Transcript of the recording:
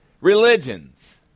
Religions